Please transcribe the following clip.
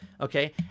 Okay